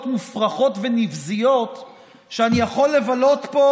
מופרכות ונבזיות שאני יכול לבלות פה,